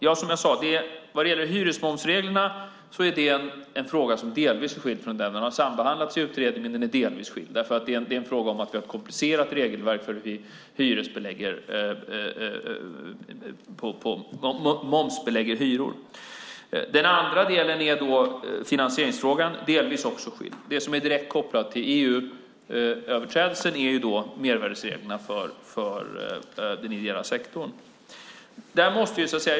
Ja, som jag sagt är hyresmomsreglerna en fråga som delvis är skild - den har sambehandlats i utredningen men är alltså delvis skild därför att det är en fråga om att vi har ett komplicerat regelverk för hur vi momsbelägger hyror. Den andra delen är finansieringsfrågan, denna också delvis skild. Det som är direkt kopplat till EU-överträdelsen är mervärdesreglerna för den ideella sektorn.